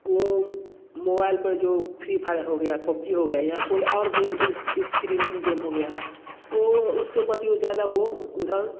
वो मोबाइल पर जो फ्री फायर हो गया पबजी हो गया या कोई और गेम इस स्क्रीनिंग गेम हो गया वो उसके प्रति वो ज्यादा वो उधर